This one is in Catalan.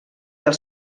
els